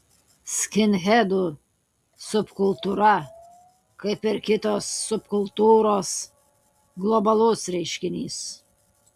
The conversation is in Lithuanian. skinhedų subkultūra kaip ir kitos subkultūros globalus reiškinys